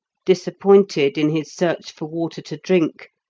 disappointed in his search for water to drink,